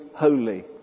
holy